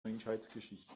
menschheitsgeschichte